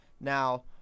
Now